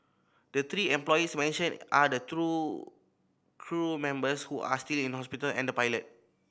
the three employees mentioned are the two crew members who are still in hospital and the pilot